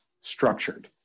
structured